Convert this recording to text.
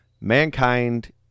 mankind